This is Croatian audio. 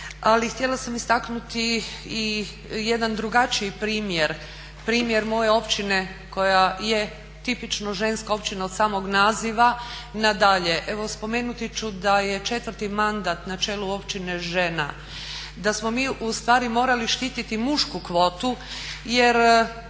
ali htjela sam istaknuti i jedan drugačiji primjer, primjer moje općine koja je tipično ženska općina od samog naziva nadalje. Evo spomenuti ću da je četvrti mandat na čelu općine žena. Da smo mi ustvari morali štiti mušku kvotu jer